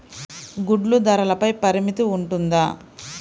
గుడ్లు ధరల పై పరిమితి ఉంటుందా?